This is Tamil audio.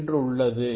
என்றுள்ளது